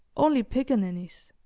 only picaninnies.